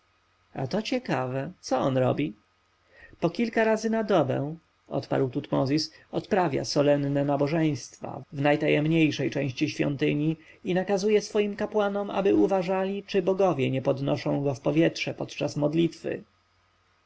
tu ciekawe cóż on robi po kilka razy na dobę odparł tutmozis odprawia solenne nabożeństwa w najtajemniejszej części świątyni i nakazuje swoim kapłanom aby uważali czy bogowie nie podnoszą go w powietrze podczas modlitwy